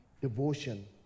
devotion